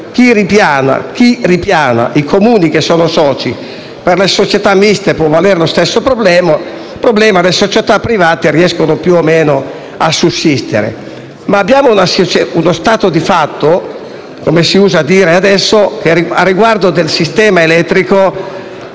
Chi ripiana? I Comuni che sono soci? E per le società miste può valere lo stesso problema; le società private riescono più o meno a sopravvivere. Ma abbiamo uno stato di fatto, come si usa dire adesso, che riguardo al sistema elettrico